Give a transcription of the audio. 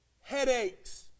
Headaches